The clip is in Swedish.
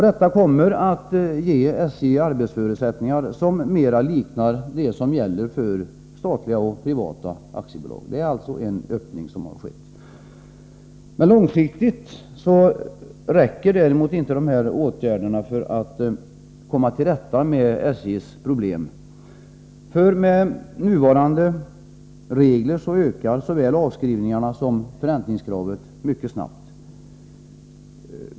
Detta kommer att ge SJ arbetsförutsättningar som mera liknar dem som gäller för statliga och privata aktiebolag. Det är alltså en öppning som har skett. Men långsiktigt räcker inte de åtgärderna för att komma till rätta med SJ:s problem. Med nuvarande regler ökar såväl avskrivningarna som förräntningskravet mycket snabbt.